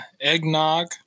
Eggnog